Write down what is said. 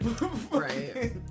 Right